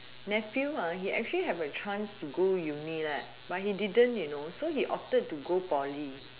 nephew he actually have a chance to go uni but he didn't you know so he opted to go poly